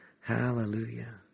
Hallelujah